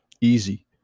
Easy